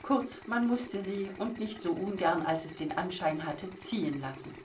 kurz man mußte sie und nicht so ungern als es den anschein hatte ziehen lassen